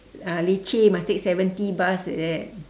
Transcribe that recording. uh leceh must take seventy bus like that